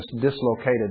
dislocated